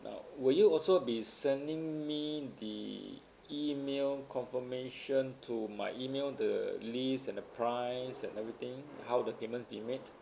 uh will you also be sending me the email confirmation to my email the list and the price and everything how the payment be made